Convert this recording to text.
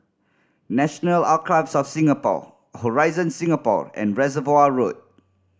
National Archives of Singapore Horizon Singapore and Reservoir Road